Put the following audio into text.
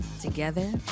Together